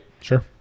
Sure